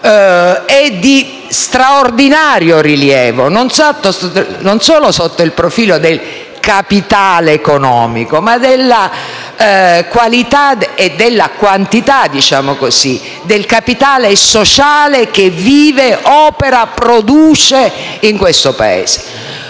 e di straordinario rilievo, non solo sotto il profilo del capitale economico, ma della qualità e della quantità del capitale sociale che vive, opera e produce in questo Paese.